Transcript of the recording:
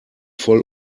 voll